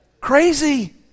Crazy